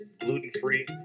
gluten-free